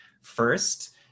first